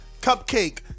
cupcake